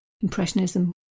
Impressionism